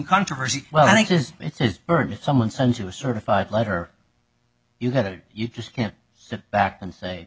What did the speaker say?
controversy well i think that it's urgent someone sent you a certified letter you have it you just can't sit back and say